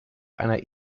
einer